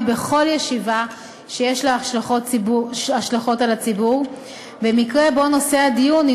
בכל ישיבה שיש לה השלכות על הציבור במקרה שבו נושא הדיון הוא